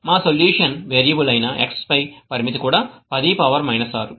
మా solution variable అయిన x పై పరిమితి కూడా 10 6